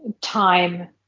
time